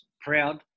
proud